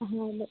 ಹೌದು